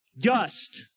dust